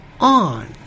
on